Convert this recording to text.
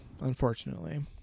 Unfortunately